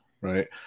right